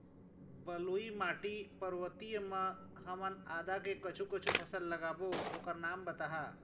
बलुई माटी पर्वतीय म ह हमन आदा के कुछू कछु फसल लगाबो ओकर नाम बताहा?